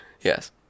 Yes